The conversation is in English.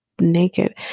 naked